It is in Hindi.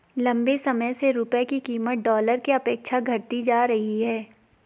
लंबे समय से रुपये की कीमत डॉलर के अपेक्षा घटती जा रही है